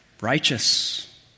righteous